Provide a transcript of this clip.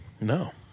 No